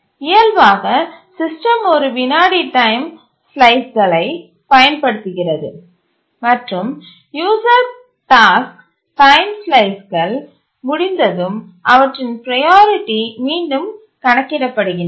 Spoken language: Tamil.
இயல்பாக சிஸ்டம் ஒரு வினாடி டைம் ஸ்லைஸ்களை பயன்படுத்துகிறது மற்றும் யூசர் டாஸ்க் டைம் ஸ்லைஸ்கள் முடிந்ததும் அவற்றின் ப்ரையாரிட்டி மீண்டும் கணக்கிடப்படுகின்றன